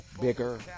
bigger